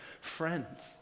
friends